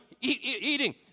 eating